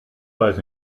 weiß